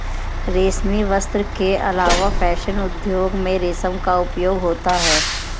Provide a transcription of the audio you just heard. रेशमी वस्त्र के अलावा फैशन उद्योग में रेशम का उपयोग होता है